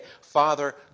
Father